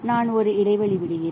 நான் ஒரு இடைவெளி விடுகிறேன்